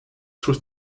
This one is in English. threw